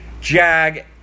Jag